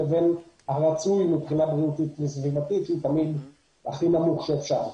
לבין הרצוי מבחינה בריאותית וסביבתית שהוא תמיד הכי נמוך שאפשר.